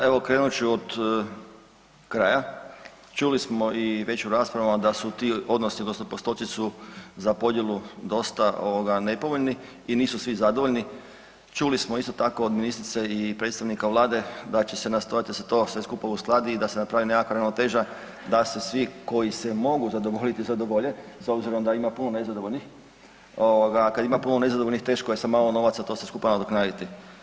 Pa evo krenut ću od kraja, čuli smo i već u raspravama da su ti odnosi odnosno postotci su za podjelu dosta nepovoljni i nisu svi zadovoljni, čuli smo isto tako od ministrice i predstavnika Vlade ... nastojati to sve skupa uskladi i napravi nekakva ravnoteža, da se svi koji se mogu zadovoljiti, zadovolje, s obzirom da ima puno nezadovoljnih a kad ima puno nezadovoljnih, teško je sa malo novaca to sve skupa nadoknaditi.